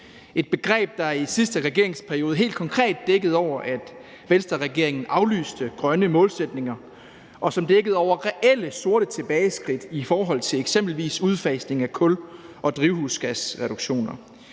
et begreb, der i sidste regeringsperiode helt konkret dækkede over, at Venstreregeringen aflyste grønne målsætninger, og som dækkede over reelle sorte tilbageskridt i forhold til eksempelvis udfasning af kul og drivhusgasreduktioner.